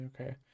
Okay